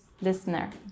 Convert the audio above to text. listener